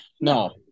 no